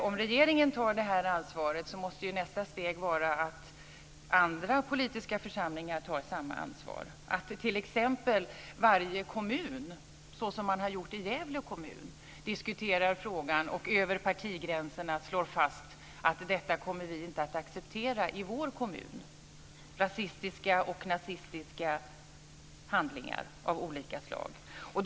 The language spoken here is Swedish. Om regeringen tar det här ansvaret måste nästa steg vara att andra politiska församlingar tar samma ansvar, att t.ex. varje kommun, som man har gjort i Gävle kommun, diskuterar frågan och över partigränserna slår fast att rasistiska och nazistiska handlingar av olika slag kommer vi inte att acceptera i vår kommun.